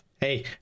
hey